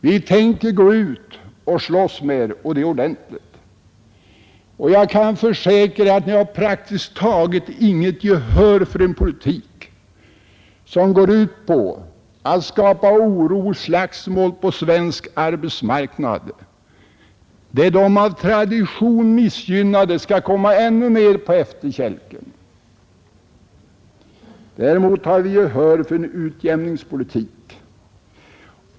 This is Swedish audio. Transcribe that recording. Vi tänker nämligen gå ut och slåss med er — och det ordentligt! Jag kan också försäkra att ni har praktiskt taget inget gehör för en politik som går ut på att skapa oro och sätta i gång slagsmål på den svenska arbetsmarknaden, där de av tradition missgynnade skall komma ännu mer på efterkälken. Däremot har vi gehör för en utjämningspolitik.